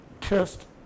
test